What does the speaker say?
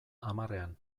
hamarrean